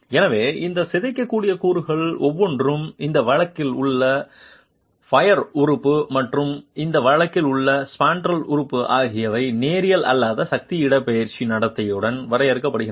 எனவே இந்த சிதைக்கக்கூடிய கூறுகள் ஒவ்வொன்றும் இந்த வழக்கில் உள்ள பையர் உறுப்பு மற்றும் இந்த வழக்கில் உள்ள ஸ்பாண்ட்ரல் உறுப்பு ஆகியவை நேரியல் அல்லாத சக்தி இடப்பெயர்ச்சி நடத்தையுடன் வரையறுக்கப்படுகின்றன